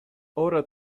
ora